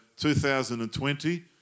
2020